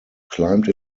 climbed